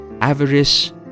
avarice